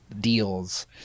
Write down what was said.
deals